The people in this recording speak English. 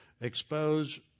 expose